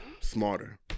smarter